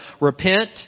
repent